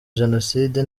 jenoside